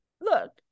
Look